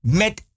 met